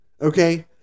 okay